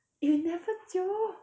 you never jio